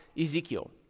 Ezekiel